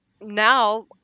now